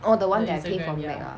oh the one that I paint for mac ah